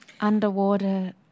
underwater